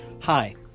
Hi